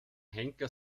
henker